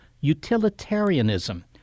utilitarianism